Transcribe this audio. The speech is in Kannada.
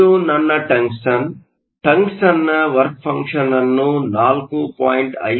ಇದು ನನ್ನ ಟಂಗ್ಸ್ಟನ್ ಟಂಗ್ಸ್ಟನ್ನ ವರ್ಕ್ ಫಂಕ್ಷನ್ ಅನ್ನು 4